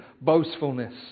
boastfulness